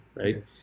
right